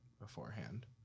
beforehand